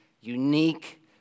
unique